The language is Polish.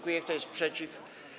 Kto jest przeciw?